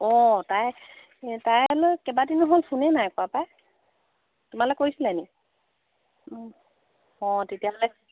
অঁ তাই তাইলৈ কেইবা দিনো হ'ল ফোনেই নাই কৰা তোমালে কৰিছিলেনি অঁ তেতিয়াহ'লে